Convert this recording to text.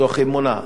מתוך אמונה.